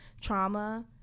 trauma